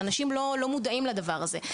ואנשים לא מודעים לדבר הזה.